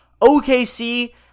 OKC